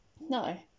No